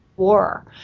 War